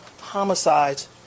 homicides